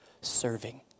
serving